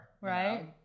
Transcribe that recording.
right